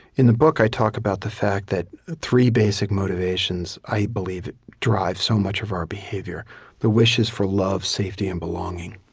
in the book, book, i talk about the fact that three basic motivations, i believe, drive so much of our behavior the wishes for love, safety, and belonging.